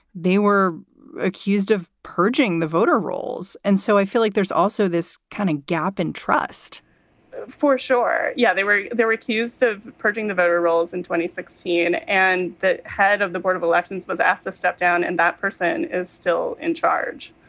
they were accused of purging the voter rolls. and so i feel like there's also this kind of gap in trust for sure yeah, they were they were accused of purging the voter rolls in twenty sixteen and the head of the board of elections was asked to step down. and that person is still in charge.